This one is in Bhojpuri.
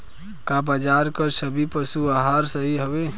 का बाजार क सभी पशु आहार सही हवें?